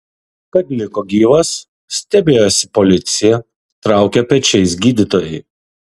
kad liko gyvas stebėjosi policija traukė pečiais gydytojai